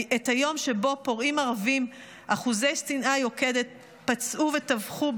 את היום שבו פורעים ערבים אחוזי שנאה יוקדת פצעו וטבחו,